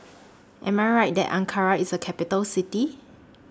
Am I Right that Ankara IS A Capital City